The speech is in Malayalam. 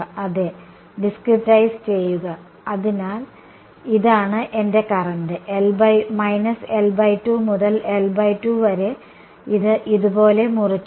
അതെ ഡിസ്ക്രിറ്റൈസ് ചെയ്യുക അതിനാൽ ഇതാണ് എന്റെ കറന്റ് L2 മുതൽ L2 വരെ ഇത് ഇതുപോലെ മുറിക്കുക